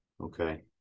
Okay